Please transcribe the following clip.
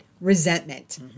resentment